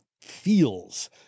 feels